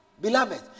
beloved